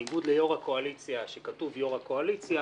בניגוד ליו"ר הקואליציה שכתוב יו"ר הקואליציה